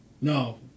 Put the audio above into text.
No